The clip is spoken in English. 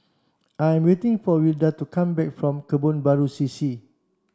I'm waiting for Wilda to come back from Kebun Baru C C